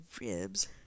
ribs